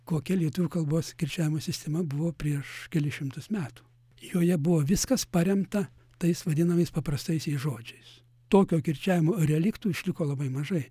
kokia lietuvių kalbos kirčiavimo sistema buvo prieš kelis šimtus metų joje buvo viskas paremta tais vadinamais paprastaisiais žodžiais tokio kirčiavimo reliktų išliko labai mažai